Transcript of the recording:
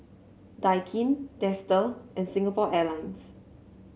Daikin Dester and Singapore Airlines